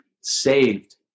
saved